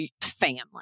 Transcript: family